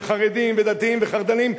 שהם חרדים ודתיים וחרד"לים,